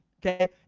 Okay